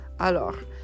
Alors